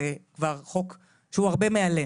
זה כבר חוק שהוא הרבה מעלינו,